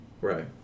Right